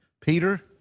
Peter